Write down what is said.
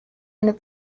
eine